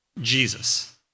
Jesus